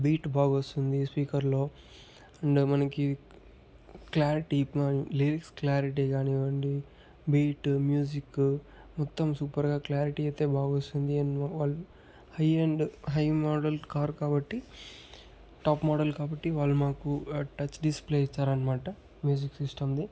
beat బాగొస్తుంది speaker లో and మనకి క్లారిటీ లిరిక్స్ క్లారిటీ కానివ్వండి బీటు మ్యూజిక్కు మొత్తం సూపర్ గా క్లారిటీ అయితే బాగొస్తుంది and well high end high model car కాబట్టి టాప్ మోడల్ కాబట్టి వాళ్ళు మాకు టచ్ డిస్ప్లే ఇచ్చారు అనమాట మ్యూజిక్ సిస్టమ్ ది